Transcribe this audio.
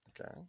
okay